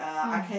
mm